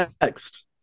next